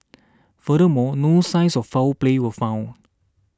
furthermore no signs of foul play were found